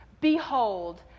Behold